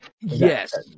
Yes